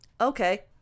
Okay